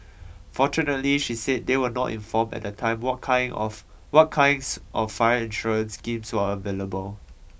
fortunately she said they were not informed at the time what kind of what kinds of fire insurance schemes are available